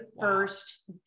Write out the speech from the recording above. first